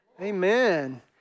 Amen